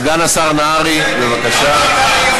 סגן השר נהרי, בבקשה.